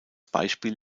beispiel